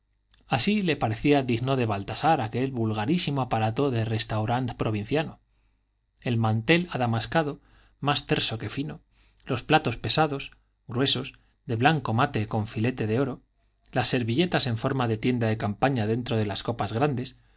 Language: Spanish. así le parecía digno de baltasar aquel vulgarísimo aparato de restaurant provinciano el mantel adamascado más terso que fino los platos pesados gruesos de blanco mate con filete de oro las servilletas en forma de tienda de campaña dentro de las copas grandes